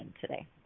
today